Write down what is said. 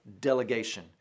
delegation